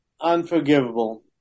unforgivable